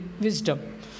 wisdom